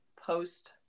post